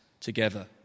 together